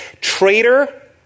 traitor